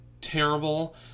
terrible